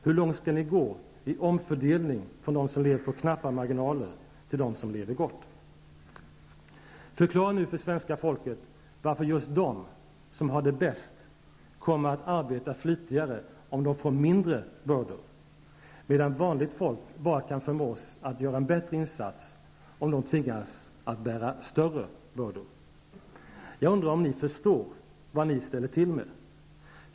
Hur långt skall ni gå i omfördelning från dem som lever på knappast marginaler till dem som lever gott? Förklara nu för svenska folket varför just de som har det bäst kommer att arbeta flitigare om de får mindre bördor, medan vanligt folk kan förmås göra bättre insats om de tvingas att bära större bördor! Jag undrar om ni förstår vad ni ställer till med.